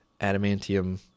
adamantium